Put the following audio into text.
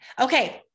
Okay